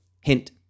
Hint